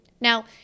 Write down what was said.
Now